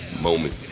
moment